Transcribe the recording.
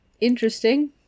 Interesting